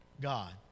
God